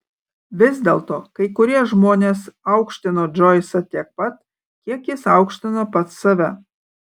vis dėlto kai kurie žmonės aukštino džoisą tiek pat kiek jis aukštino pats save